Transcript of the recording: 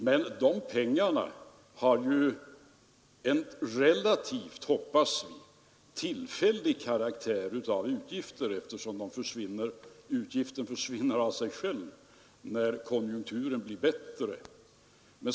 Men den utgiften har — hoppas vi — en mera tillfällig karaktär; den försvinner av sig själv när konjunkturen blir bättre.